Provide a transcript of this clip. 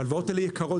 וההלוואות האלה יקרות.